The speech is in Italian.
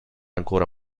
ancora